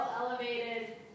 elevated